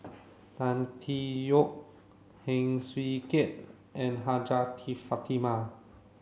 Tan Tee Yoke Heng Swee Keat and Hajjah Fatimah